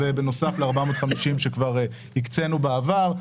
זה בנוסף ל-450 שכבר הקצינו בעבר,